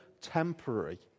temporary